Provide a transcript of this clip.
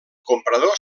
comprador